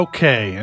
Okay